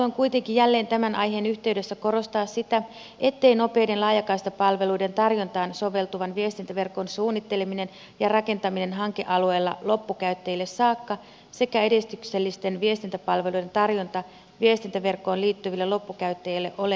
haluan kuitenkin jälleen tämän aiheen yhteydessä korostaa sitä ettei nopeiden laajakaistapalveluiden tarjontaan soveltuvan viestintäverkon suunnitteleminen ja rakentaminen hankealueella loppukäyttäjille saakka sekä edistyksellisten viestintäpalvelujen tarjonta viestintäverkkoon liittyville loppukäyttäjille ole ilmaista